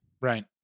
Right